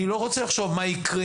אני לא רוצה לחשוב מה יקרה,